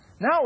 Now